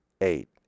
eight